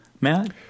Matt